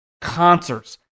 concerts